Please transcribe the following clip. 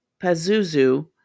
Pazuzu